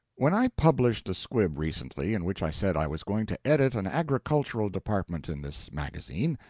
when i published a squib recently in which i said i was going to edit an agricultural department in this magazine,